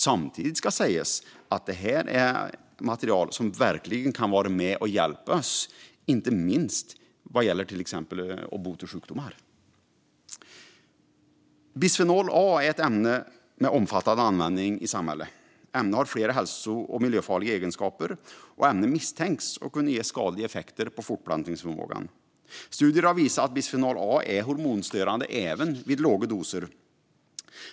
Samtidigt ska det sägas att det är material som verkligen kan hjälpa oss, inte minst när det gäller att bota sjukdomar. Bisfenol A är ett ämne med omfattande användning i samhället. Ämnet har flera hälso och miljöfarliga egenskaper och misstänks kunna ge skadliga effekter på fortplantningsförmågan. Studier har visat att bisfenol A är hormonstörande även vid låga doser.